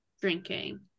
drinking